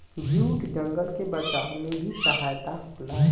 jute जंगल के बचावे में भी सहायक होला